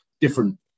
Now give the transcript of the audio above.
Different